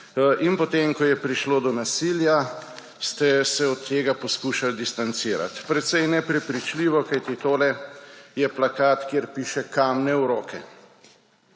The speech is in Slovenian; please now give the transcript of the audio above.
in potem, ko je prišlo do nasilja, ste se od tega poskušali distancirati. Precej neprepričljivo, kajti tole je plakat, kjer piše: Kamne v roke.